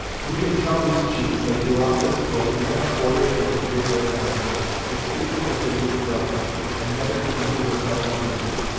you can tell these chiefs that throughout this book, men are ordered to forgive their enemies to treat them as they would brethren and never to injure their fellow creatures,